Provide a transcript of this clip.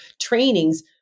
trainings